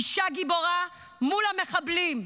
אישה גיבורה מול המחבלים.